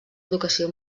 educació